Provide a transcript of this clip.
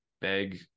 beg